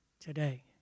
today